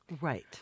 Right